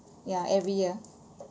ya every year